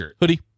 Hoodie